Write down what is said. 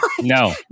No